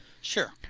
sure